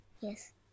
Yes